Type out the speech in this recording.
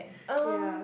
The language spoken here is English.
ya